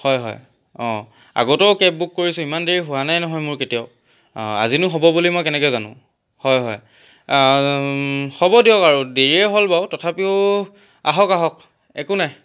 হয় হয় অঁ আগতেও কেব বুক কৰিছোঁ ইমান দেৰি হোৱা নাই নহয় মোৰ কেতিয়াও আজিনো হ'ব বুলি মই কেনেকৈ জানো হয় হয় হ'ব দিয়ক আৰু দেৰিয়ে হ'ল বাৰু তথাপিও আহক আহক একো নাই